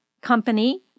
company